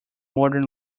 modern